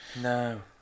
No